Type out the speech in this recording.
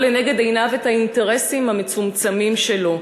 לנגד עיניו את האינטרסים המצומצמים שלו.